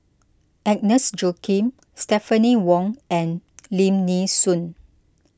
Agnes Joaquim Stephanie Wong and Lim Nee Soon